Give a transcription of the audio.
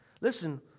Listen